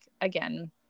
again